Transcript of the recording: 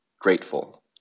grateful